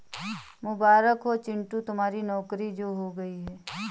मुबारक हो चिंटू तुम्हारी नौकरी जो हो गई है